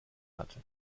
hatte